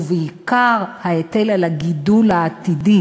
ובעיקר ההיטל על הגידול העתידי